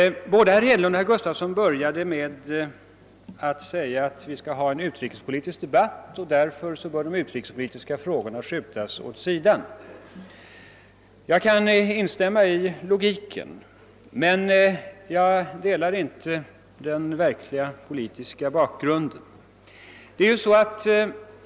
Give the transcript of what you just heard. Både herr Hedlund och herr Gustafson började med att säga att vi skall ha en särskild utrikespolitisk debatt senare och att de utrikespolitiska frågorna därför i dag bör skjutas åt sidan. Jag kan inte instämma med detta.